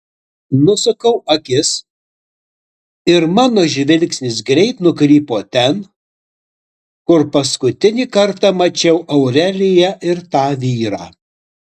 nusukau akis ir mano žvilgsnis greit nukrypo ten kur paskutinį kartą mačiau aureliją ir tą vyrą